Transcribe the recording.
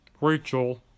Rachel